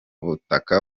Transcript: butaka